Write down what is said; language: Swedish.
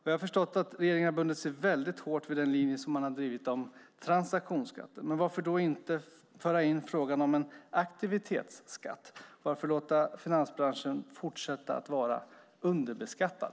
Jag har förstått att regeringen har bundit sig hårt vid den linje man drivit om transaktionsskatter, men varför då inte föra in frågan om en aktivitetsskatt? Varför låta finansbranschen fortsätta vara underbeskattad?